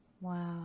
Wow